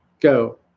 go